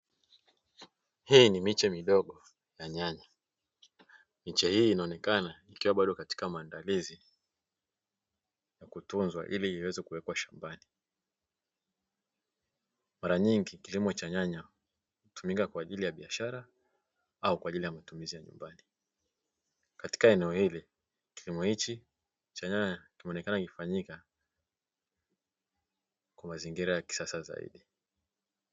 Hii ni miche midogo ya nyanya. Miche hii inaonekana ikiwa bado katika maandalizi na kutunzwa ili iweze kuwekwa shambani. Mara nyingi kilimo cha nyanya hutumika kwa ajili ya biashara au kwa ajili ya mtumizi ya nyumbani. Katika eneo hili kilimo hichi cha nyanya kimeonekana kikifanyika kwa mazingira ya kisasa zaidi